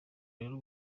rero